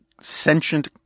sentient